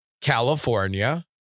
California